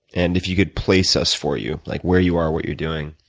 and if you could place us for you like where you are, what you're doing?